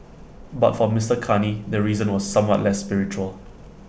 but for Mister Carney the reason was somewhat less spiritual